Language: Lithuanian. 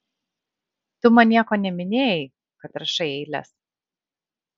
tu man nieko neminėjai kad rašai eiles